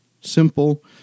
simple